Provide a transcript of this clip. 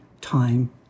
time